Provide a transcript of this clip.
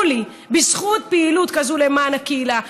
לי: בזכות פעילות כזו למען הקהילה,